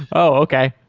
okay!